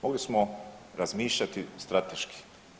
Mogli smo razmišljati strateški.